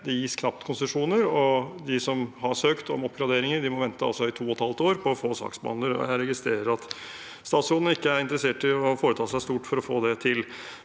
Det gis knapt konsesjoner, og de som har søkt om oppgraderinger, må altså vente i to og et halvt år på å få saksbehandler. Jeg registrerer at statsråden ikke er interessert i å foreta seg stort for å få det til.